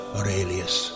Aurelius